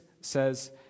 says